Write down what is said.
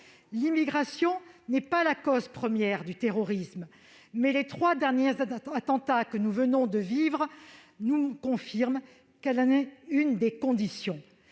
L'immigration n'est pas la cause première du terrorisme, mais les trois derniers attentats que nous venons de vivre nous confirment qu'elle en est l'une des conditions.